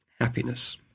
happiness